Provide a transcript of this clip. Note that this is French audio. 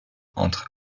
entre